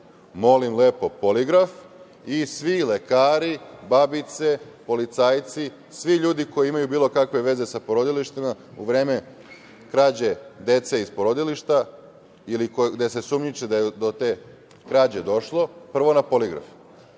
molim lepo poligraf i svi lekari, babice, policajci, svi ljudi koji imaju bilo kakve veze sa porodilištima u vreme krađe dece iz porodilišta ili gde se sumnjiči da je do te krađe došlo prvo na poligraf.